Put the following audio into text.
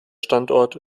standort